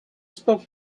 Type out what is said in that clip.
spoke